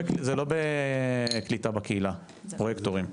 לא בקליטה בקהילה פרויקטורים.